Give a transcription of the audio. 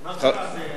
מה קרה?